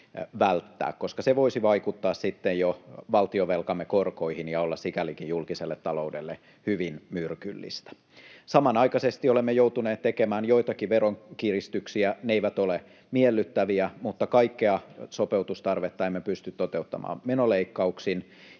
koska se voisi vaikuttaa sitten jo valtionvelkamme korkoihin ja olla sikälikin julkiselle taloudelle hyvin myrkyllistä. Samanaikaisesti olemme joutuneet tekemään joitakin veronkiristyksiä. Ne eivät ole miellyttäviä, mutta kaikkea sopeutustarvetta emme pysty toteuttamaan menoleikkauksin,